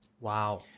Wow